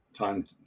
Time